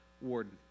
warden